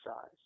size